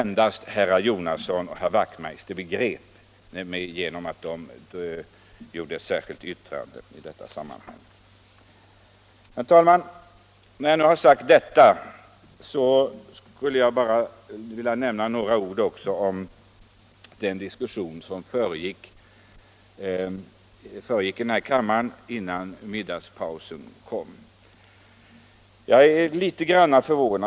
När jag nu sagt detta skulle jag bara vilja nämna några ord om den diskussion som försiggick i kammaren före middagspausen.